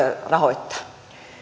rahoittaa